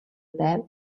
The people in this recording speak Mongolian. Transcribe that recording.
байв